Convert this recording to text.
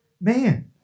man